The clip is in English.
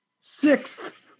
sixth